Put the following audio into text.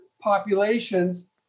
populations